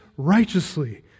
Righteously